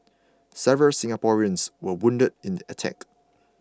several Singaporeans were wounded in the attack